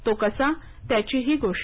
तो कसा त्याची हि गोष्ट